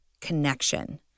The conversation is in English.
connection